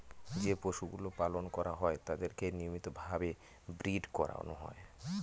যে পশুগুলো পালন করা হয় তাদেরকে নিয়মিত ভাবে ব্রীড করানো হয়